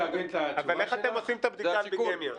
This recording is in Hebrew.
איך אתם עושים את בדיקת הביגמיה?